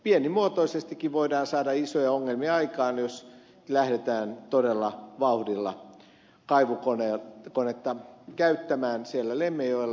pienimuotoisestikin voidaan saada isoja ongelmia aikaan jos lähdetään todella vauhdilla kaivukonetta käyttämään siellä lemmenjoella